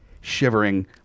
shivering